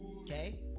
Okay